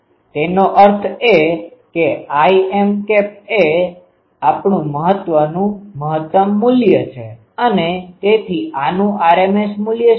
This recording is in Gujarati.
તેનો અર્થ એ કે Im એ આપણું મહત્તમ મૂલ્ય છે અને તેથી આનું rms મૂલ્ય શું છે